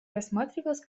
рассматривалась